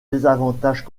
désavantages